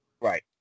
Right